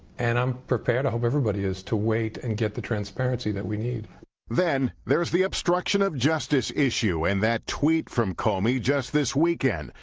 and i'm prepared, i hope everybody is, to wait and get the transparency that we need. reporter then there's the obstruction of justice issue and that tweet from comey just this weekend.